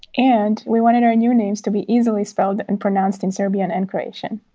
and we wanted our new names to be easily spelled and pronounced in serbian and croatian.